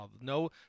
No